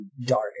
dark